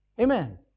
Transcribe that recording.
Amen